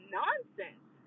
nonsense